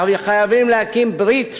חייבים להקים ברית,